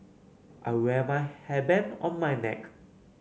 I wear my hairband on my neck